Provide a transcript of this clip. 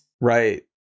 Right